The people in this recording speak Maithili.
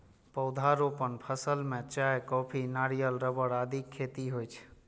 पौधारोपण फसल मे चाय, कॉफी, नारियल, रबड़ आदिक खेती होइ छै